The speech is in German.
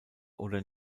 oder